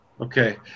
Okay